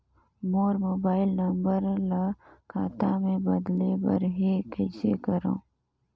मोर mobile number ल खाता मे बदले बर हे कइसे करव?